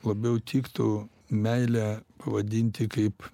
labiau tiktų meilę pavadinti kaip